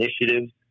initiatives